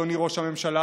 אדוני ראש הממשלה,